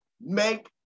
Make